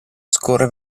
scorre